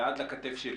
ועד לכתף שלי.